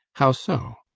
how so?